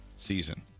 season